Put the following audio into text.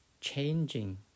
changing